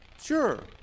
Sure